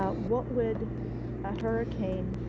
but what would a hurricane,